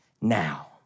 now